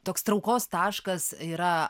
toks traukos taškas yra